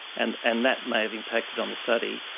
and and that may have impacted on the study.